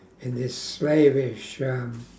in this slavish um